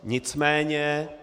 Nicméně...